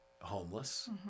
homeless